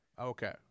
Okay